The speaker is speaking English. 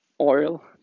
Oil